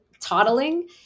toddling